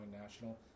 national